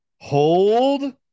Hold